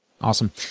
Awesome